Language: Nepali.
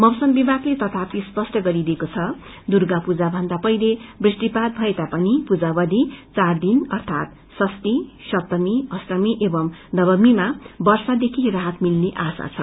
मौसम विभागले तथापि स्पष्ट गरिदिएको छ कि दुग्र पुजाभन्दा पहिले वर्षा भएता पनि पूजावधि चार दिन अर्थात षष्ठी सप्तमी अष्टमी एवं नवमीमा वर्षादेखि राहत मिल्ने आशा छ